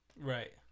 Right